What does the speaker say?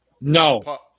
No